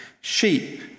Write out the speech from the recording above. sheep